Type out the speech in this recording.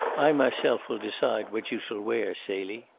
i myself will decide what you shall wear, celie.